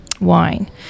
wine